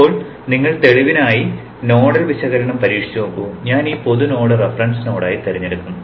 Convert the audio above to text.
ഇപ്പോൾ നിങ്ങൾ തെളിവിനായി നോഡൽ വിശകലനം പരീക്ഷിച്ച് നോക്കു ഞാൻ ഈ പൊതു നോഡ് റഫറൻസ് നോഡായി തിരഞ്ഞെടുക്കും